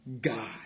God